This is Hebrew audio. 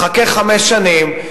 תחכה חמש שנים,